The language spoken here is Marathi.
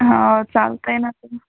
हो चालतंय ना